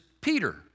Peter